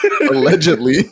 Allegedly